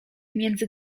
między